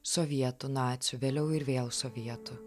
sovietų nacių vėliau ir vėl sovietų